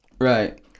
right